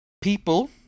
people